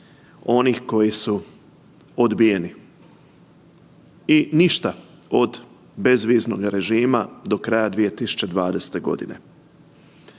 onih koji su odbijeni i ništa bez viznoga režima do kraja 2020. Godine.